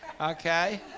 Okay